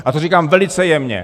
A to říkám velice jemně.